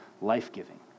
life-giving